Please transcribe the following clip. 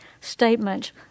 statement